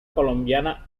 colombiana